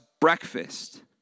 breakfast